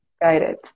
guided